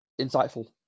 insightful